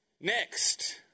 Next